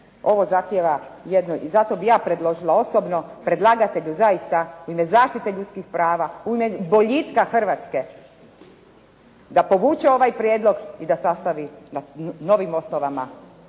Ovo zahtjeva jedno i zato bi ja predložila osobno, predlagatelju zaista u ime zaštite ljudskih prava, u ime boljitka Hrvatske da povuče ovaj prijedlog i da sastavi na novim osnovama,